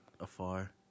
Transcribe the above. afar